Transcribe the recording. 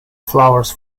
flowers